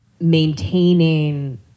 maintaining